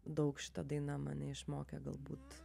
daug šita daina mane išmokė galbūt